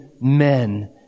men